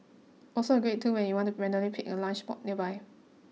also a great tool when you want to randomly pick a lunch spot nearby